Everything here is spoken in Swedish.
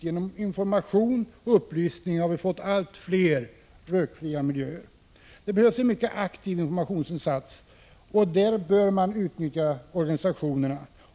Genom information och upplysning har vi fått allt fler rökfria miljöer. Det behövs en mycket aktiv informationsinsats, och där bör man utnyttja organisationerna.